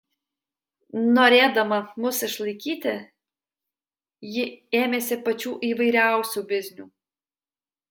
norėdama mus išlaikyti ji ėmėsi pačių įvairiausių biznių